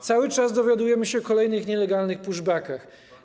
Cały czas dowiadujemy się o kolejnych nielegalnych push-backach.